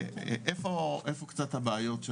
אלה שתי האופציות.